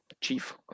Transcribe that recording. Chief